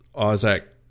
Isaac